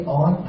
on